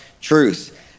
truth